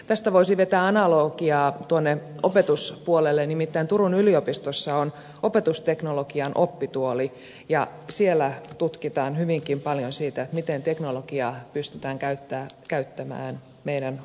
tästä voisi vetää analogiaa opetuspuolelle nimittäin turun yliopistossa on opetusteknologian oppituoli ja siellä tutkitaan hyvinkin paljon sitä miten teknologiaa pystytään käyttämään oppimisprosesseissa